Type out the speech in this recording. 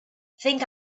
think